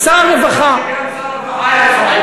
התבלבלתי,